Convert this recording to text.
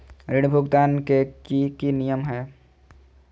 ऋण भुगतान के की की नियम है?